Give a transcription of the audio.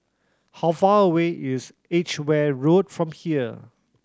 how far away is Edgeware Road from here